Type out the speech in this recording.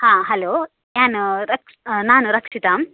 ಹಾಂ ಹಲೋ ಯಾನ ರಕ್ ನಾನು ರಕ್ಷಿತಾ